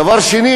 דבר נוסף,